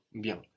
bien